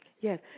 Yes